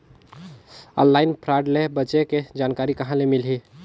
Online fraud ले बचे के जानकारी कहां ले मिलही?